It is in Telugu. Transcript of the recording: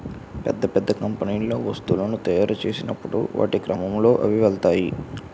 పెద్ద పెద్ద కంపెనీల్లో వస్తువులను తాయురు చేసినప్పుడు వాటి క్రమంలో అవి వెళ్తాయి